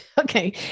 Okay